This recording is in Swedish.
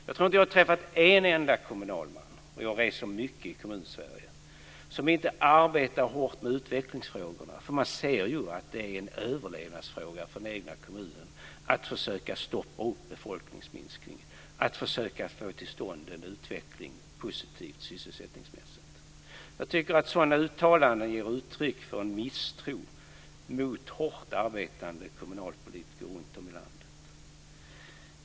Jag tror inte att jag har träffat en enda kommunalman - jag reser mycket i Kommunsverige - som inte arbetar hårt med utvecklingsfrågorna. Det är en överlevnadsfråga för den egna kommunen att försöka stoppa befolkningsminskningen och få till stånd en positiv sysselsättningsutveckling. Sådana uttalanden ger uttryck för en misstro mot hårt arbetande kommunalpolitiker runtom i landet.